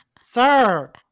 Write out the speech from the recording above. Sir